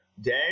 day